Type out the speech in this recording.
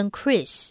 Chris 。